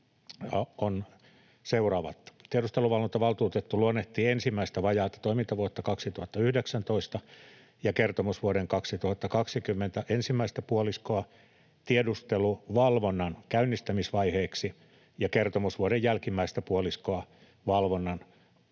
Tiedusteluvalvontavaltuutettu luonnehtii ensimmäistä vajaata toimintavuotta 2019 ja kertomusvuoden 2020 ensimmäistä puoliskoa tiedusteluvalvonnan käynnistämisvaiheeksi ja kertomusvuoden jälkimmäistä puoliskoa valvonnan